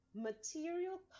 material